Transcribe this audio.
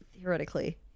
theoretically